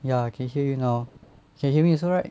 ya I can hear you know can hear me also right